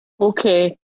Okay